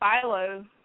Philo